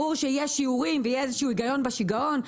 ברור שייקבעו שיעורים ויהיה איזשהו היגיון בשיגעון.